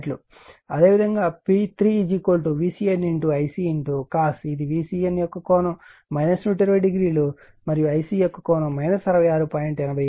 అదేవిధంగా P3 VCN Ic cos ఇది VCN యొక్క కోణం 120 మరియు Ic యొక్క కోణం 66